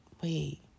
wait